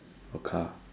or car